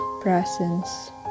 presence